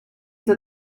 that